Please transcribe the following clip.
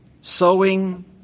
sowing